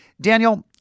Daniel